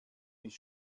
mich